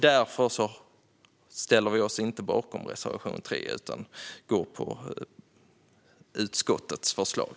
Därför ställer vi oss inte bakom reservation 3 utan stöder utskottets förslag.